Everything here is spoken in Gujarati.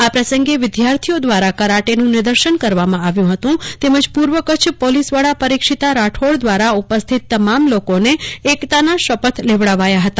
આ પ્રસંગે વિદ્યાર્થીઓ દ્વારા કરાટેનું નિદર્શન કરવામાં આવ્યું હતું તેમજ પૂર્વ કચ્છ પોલીસ વડા પરીક્ષિતા રાઠોડ દ્વારા ઉપસ્થિત તમામ લોકોને એકતાના શપથ લેવડાવાયા હતા